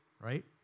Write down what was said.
right